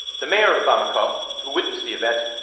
the mayor of bamako, who witnessed the event,